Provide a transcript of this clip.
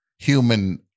human